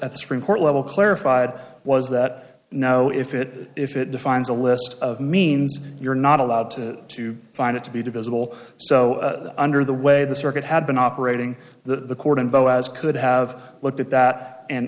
at the supreme court level clarified was that no if it if it defines a list of means you're not allowed to to find it to be divisible so under the way the circuit had been operating the court in boaz could have looked at that and